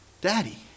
daddy